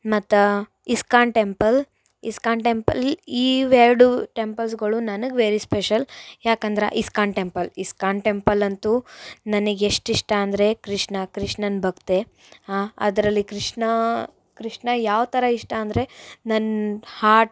ಮತ್ತು ISKCON temple ISKCON temple ಇವೆರಡು ಟೆಂಪಲ್ಸ್ಗಳು ನನಗೆ ವೆರಿ ಸ್ಪೆಷಲ್ ಯಾಕಂದ್ರೆ ಇಸ್ಕಾನ್ ಟೆಂಪಲ್ ಇಸ್ಕಾನ್ ಟೆಂಪಲ್ ಅಂತು ನನಿಗೆಷ್ಟು ಇಷ್ಟ ಅಂದರೆ ಕೃಷ್ಣ ಕೃಷ್ಣನ ಭಕ್ತೆ ಹಾ ಅದರಲ್ಲಿ ಕೃಷ್ಣ ಕೃಷ್ಣ ಯಾವ ಥರ ಇಷ್ಟ ಅಂದರೆ ನನ್ನ ಹಾಡು